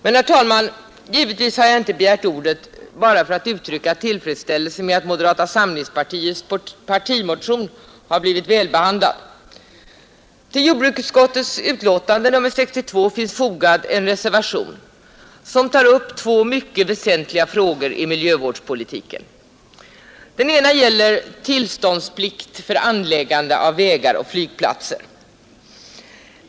Men, herr talman, givetvis har jag inte begärt ordet bara för att uttrycka min tillfredsställelse med att moderata samlingspartiets partimotion blivit välbehandlad. Till jordbruksutskottets utlåtande nr 62 finns fogad en reservation som tar upp två mycket väsentliga frågor i miljövårdspolitiken. Den ena gäller tillståndsplikt för anläggande av vägar och flygplatser.